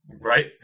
right